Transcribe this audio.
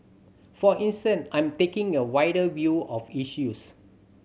for instance I'm taking a wider view of issues